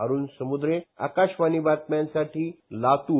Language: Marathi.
अरूण समुद्रे आकाशवाणी बातम्यांसाठी लातूर